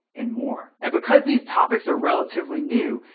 and more. and because these topics are relatively new,